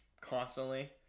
constantly